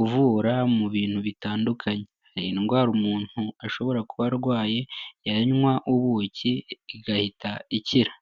uvura mu bintu bitandukanye, hari indwara umuntu ashobora kuba arwaye yannywa ubuki igahita ikira.